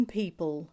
people